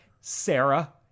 Sarah